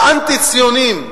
האנטי-ציוניים,